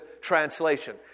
translation